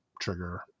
trigger